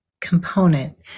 component